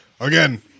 Again